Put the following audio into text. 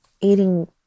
eating